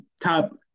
top